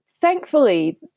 thankfully